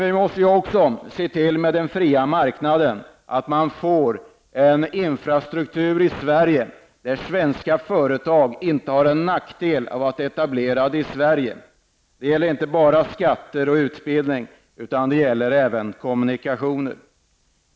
Vi måste också se till den fria marknaden och skapa en infrastruktur i Sverige som gör att det inte är en nackdel för svenska företag att etablera sig här i landet. Det gäller inte bara skatter och utbildning utan också kommunikationer.